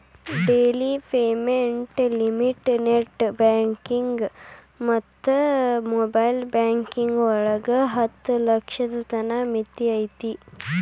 daily payment limit net banking ಮತ್ತ mobile banking ಒಳಗ ಹತ್ತ ಲಕ್ಷದ್ ತನ ಮಿತಿ ಐತಿ